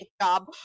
job